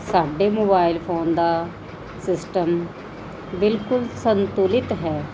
ਸਾਡੇ mobile phone ਦਾ system ਬਿਲਕੁਲ ਸੰਤੁਲਿਤ ਹੈ